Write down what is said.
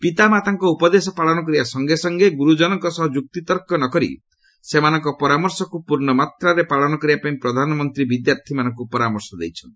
ପିତାମାତାଙ୍କ ଉପଦେଶ ପାଳନ କରିବା ସଙ୍ଗେ ସଙ୍ଗେ ଗୁରୁଜନଙ୍କ ସହ ଯୁକ୍ତିତର୍କ ନ କରି ସେମାନଙ୍କ ପରାମର୍ଶକୁ ପୂର୍ଷ୍ଣମାତ୍ରାରେ ପାଳନ କରିବାପାଇଁ ପ୍ରଧାନମନ୍ତ୍ରୀ ବିଦ୍ୟାର୍ଥୀମାନଙ୍କୁ ପରାମର୍ଶ ଦେଇଛନ୍ତି